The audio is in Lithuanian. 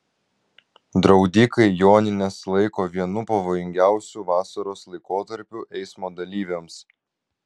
draudikai jonines laiko vienu pavojingiausių vasaros laikotarpių eismo dalyviams